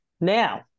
Now